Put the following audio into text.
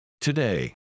Today